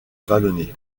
vallonné